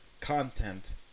content